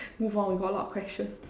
move on we got a lot of question